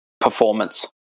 performance